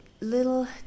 little